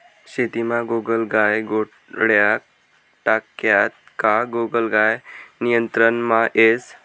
शेतीमा गोगलगाय गोळ्या टाक्यात का गोगलगाय नियंत्रणमा येस